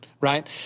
right